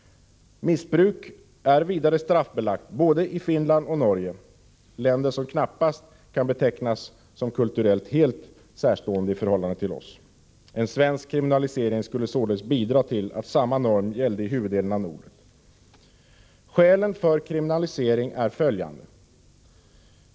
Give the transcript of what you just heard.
Missbruk är vidare straffbelagt både i Finland och i Norge — länder som knappast kan betecknas som kulturellt helt särstående i förhållande till oss. En svensk kriminalisering skulle således bidra till att samma norm gällde i huvuddelen av Norden. Skälen för kriminalisering är följande.